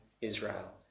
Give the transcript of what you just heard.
Israel